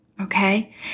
Okay